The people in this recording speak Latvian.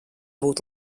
būt